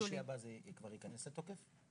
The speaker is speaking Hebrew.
בשישי הבא זה כבר יכנס לתוקף?